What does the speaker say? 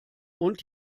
und